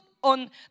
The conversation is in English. on